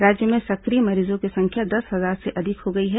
राज्य में सक्रिय मरीजों की संख्या दस हजार से अधिक हो गई है